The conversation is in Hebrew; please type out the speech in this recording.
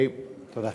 תודה.